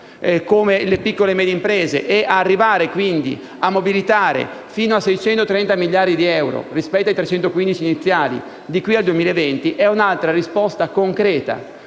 le piccole e medie imprese, arrivando a mobilitare fino a 630 miliardi di euro, rispetto ai 315 iniziali, da qui al 2020. Questa è un'altra risposta concreta